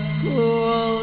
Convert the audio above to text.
cool